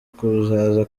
kuzaza